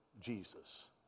Jesus